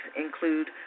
include